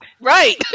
Right